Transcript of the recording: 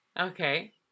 Okay